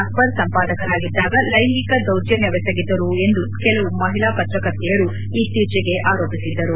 ಅಕ್ಟರ್ ಸಂಪಾದಕರಾಗಿದ್ದಾಗ ಲೈಂಗಿಕ ದೌರ್ಜನ್ಯವೆಸಗಿದ್ದರು ಎಂದು ಕೆಲವು ಮಹಿಳಾ ಪತ್ರಕರ್ತರು ಇತ್ತೀಚೆಗೆ ಆರೋಪಿಸಿದ್ದರು